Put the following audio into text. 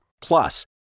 Plus